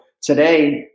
today